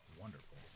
Wonderful